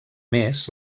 més